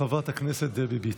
חברת הכנסת דבי ביטון.